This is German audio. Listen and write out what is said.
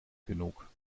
genug